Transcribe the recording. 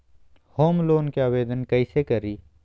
Home loan के आवेदन कैसे करि?